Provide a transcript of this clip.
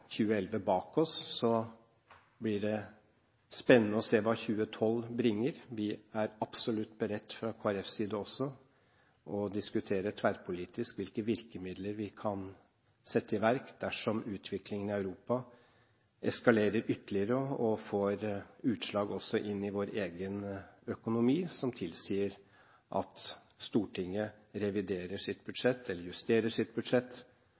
2011 bak oss blir det spennende å se hva 2012 bringer. Vi er absolutt beredt til, også fra Kristelig Folkepartis side, å diskutere tverrpolitisk hvilke virkemidler vi kan sette i verk dersom utviklingen i Europa eskalerer ytterligere og får utslag også i vår egen økonomi, som tilsier at Stortinget reviderer eller justerer sitt budsjett